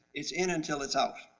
it's in until it's out.